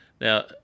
Now